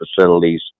facilities